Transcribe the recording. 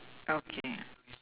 okay